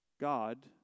God